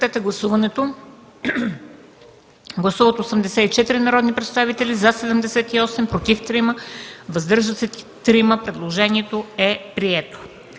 Гласували 104 народни представители: за 94, против 2, въздържали се 8. Предложението е прието.